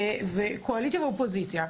קואליציה ואופוזיציה.